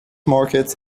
market